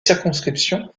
circonscription